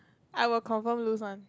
I will confirm lose one